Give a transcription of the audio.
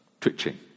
twitching